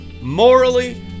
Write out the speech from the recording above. morally